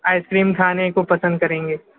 ice cream کھانے کو پسند کریں گے